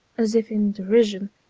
as if in derision,